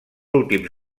últims